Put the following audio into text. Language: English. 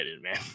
man